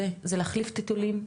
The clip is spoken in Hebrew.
זה להחליף טיטולים,